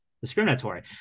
discriminatory